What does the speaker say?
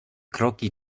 kroki